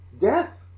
death